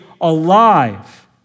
alive